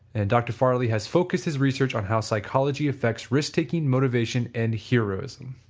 and dr. farley has focused his research on how psychology affects risk taking, motivation and heroism.